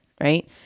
right